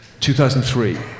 2003